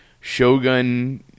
Shogun